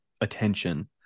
attention